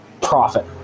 profit